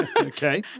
Okay